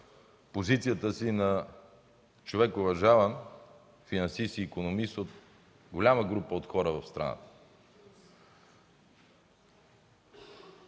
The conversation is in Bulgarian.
позицията си на човек, уважаван финансист и икономист от голяма група хора в страната.